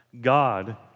God